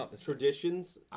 traditions